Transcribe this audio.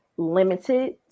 limited